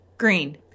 Green